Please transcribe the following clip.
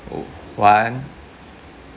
oh one